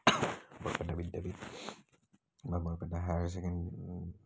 বৰপেটা বিদ্য়াপীঠ বা Barpeta higher secondary